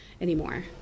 anymore